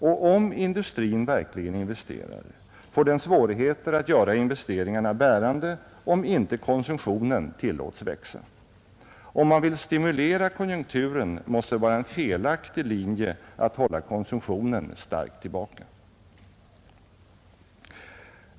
Och om industrin verkligen investerar, får den svårigheter att göra investeringarna bärande, om inte konsumtionen tillåts växa. Om man vill stimulera konjunkturen måste det vara en felaktig linje att hålla konsumtionen starkt tillbaka.